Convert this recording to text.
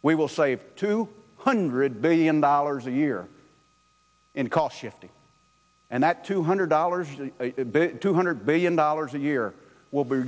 we will save two hundred billion dollars a year in cost shifting and that two hundred dollars or two hundred billion dollars a year will be